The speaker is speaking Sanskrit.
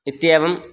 इत्येवं